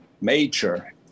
major